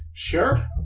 Sure